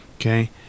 Okay